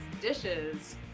Dishes